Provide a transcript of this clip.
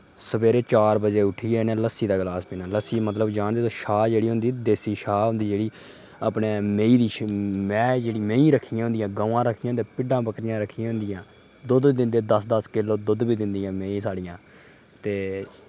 सवेरे चार बजे उठियै इनें लस्सी दा गिलास पीना लस्सी मतलव जानदे तुस छाह् जेह्ड़ी होंदी देसी छाह होंदी जेह्ड़ी अपने मैंही दी मैंह् जेह्ड़ी मैंही रखियां होंदियां गवां रखियां होंदियां भिड्डां बकरियां रखियां होंदियां दुद्ध दिंदे दस दस किलो दुद्ध दिंदियां मैंही साढियां